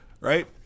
right